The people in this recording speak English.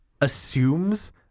assumes